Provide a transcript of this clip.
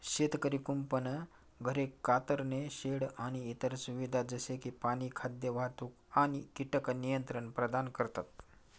शेतकरी कुंपण, घरे, कातरणे शेड आणि इतर सुविधा जसे की पाणी, खाद्य, वाहतूक आणि कीटक नियंत्रण प्रदान करतात